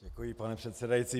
Děkuji, pane předsedající.